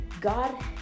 God